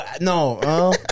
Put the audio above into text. no